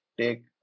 take